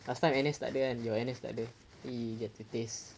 last time N_S tak ada kan your N_S tak ada you get to face